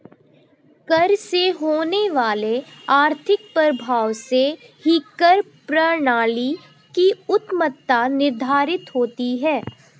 कर से होने वाले आर्थिक प्रभाव से ही कर प्रणाली की उत्तमत्ता निर्धारित होती है